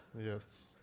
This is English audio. Yes